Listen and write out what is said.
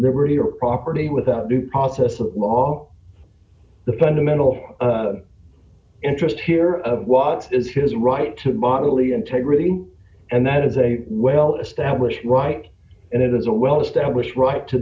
liberty or property without due process of law the fundamental interest here of what is his right to bodily integrity and that is a well established right and it is a well established right to